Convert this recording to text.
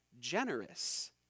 generous